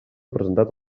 presentat